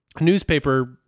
newspaper